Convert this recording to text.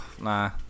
Nah